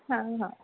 हा हा